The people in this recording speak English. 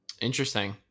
Interesting